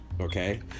Okay